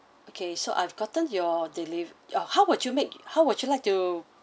okay so I've gotten your deli~ how would you make how would you like to